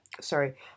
sorry